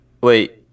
wait